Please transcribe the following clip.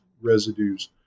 residues